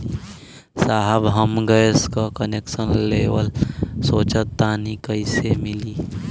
साहब हम गैस का कनेक्सन लेवल सोंचतानी कइसे मिली?